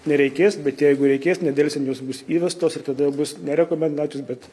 nereikės bet jeigu reikės nedelsiant jos bus įvestos ir tada bus ne rekomendacijos bet